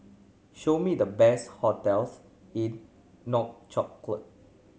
show me the best hotels in Nouakchott